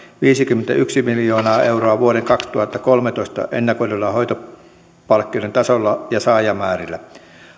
viisikymmentäyksi miljoonaa euroa vuoden kaksituhattakolmetoista ennakoiduilla hoitopalkkioiden tasoilla ja saajamäärillä